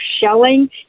shelling